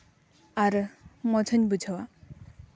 ᱟᱨ ᱢᱚᱡᱽ ᱦᱚᱧ ᱵᱩᱡᱷᱟᱹᱣᱟ